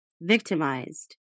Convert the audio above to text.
victimized